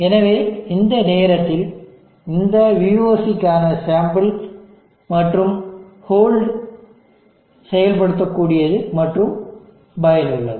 எனவே இந்த நேரத்தில் இந்த vocக்கான சாம்பிள் மற்றும் ஹோல்டு சர்க்யூட் செயல்படுத்தக்கூடியது மற்றும் பயனுள்ளது